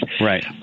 Right